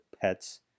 pets